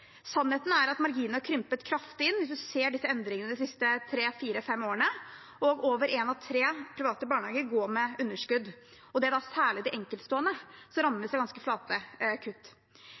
Sannheten er at marginene har krympet kraftig hvis man ser på endringene fra de siste 3–5 årene. Flere enn én av tre private barnehager går også med underskudd. Det er særlig de enkeltstående barnehagene som rammes av disse ganske flate